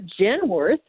Genworth